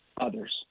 others